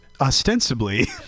Ostensibly